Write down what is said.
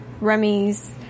Remy's